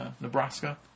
Nebraska